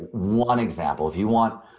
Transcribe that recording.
one example, if you want,